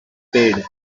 paid